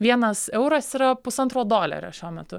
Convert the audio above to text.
vienas euras yra pusantro dolerio šiuo metu